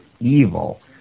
evil